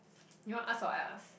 you want ask or I ask